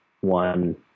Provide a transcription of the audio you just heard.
one